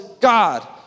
God